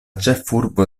ĉefurbo